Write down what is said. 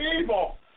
evil